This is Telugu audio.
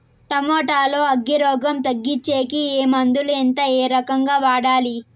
టమోటా లో అగ్గి రోగం తగ్గించేకి ఏ మందులు? ఎంత? ఏ రకంగా వాడాలి?